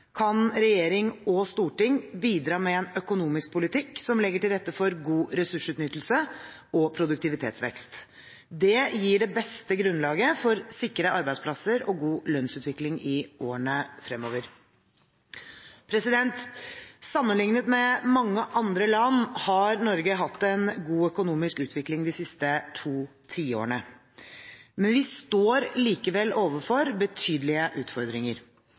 kan regjering og storting bidra med en økonomisk politikk som legger til rette for god ressursutnyttelse og produktivitetsvekst. Det gir det beste grunnlaget for sikre arbeidsplasser og god lønnsutvikling i årene fremover. Sammenliknet med mange andre land har Norge hatt en god økonomisk utvikling de siste to tiårene. Vi står likevel overfor betydelige utfordringer.